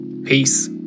Peace